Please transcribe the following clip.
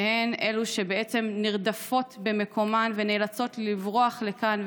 שהן בעצם נרדפות במקומן ונאלצות לברוח לכאן,